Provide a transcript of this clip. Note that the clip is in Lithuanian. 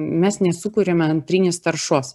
mes nesukuriame antrinės taršos